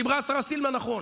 דיברה השרה סילמן נכון.